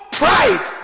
pride